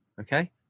okay